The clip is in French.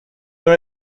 dans